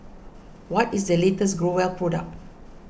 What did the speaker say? what is the latest Growell product